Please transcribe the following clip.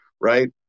right